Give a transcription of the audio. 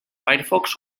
firefox